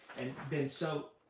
and been so